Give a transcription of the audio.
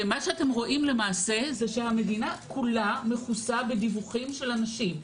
אתם רואים שהמדינה כולה מכוסה בדיווחים של אנשים.